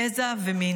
גזע ומין.